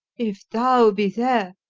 if thou be there,